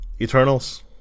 Eternals